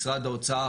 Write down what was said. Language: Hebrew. משרד האוצר,